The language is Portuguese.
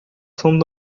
são